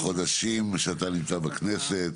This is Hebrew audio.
בחודשים שאתה נמצא בכנסת.